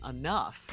enough